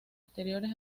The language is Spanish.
exteriores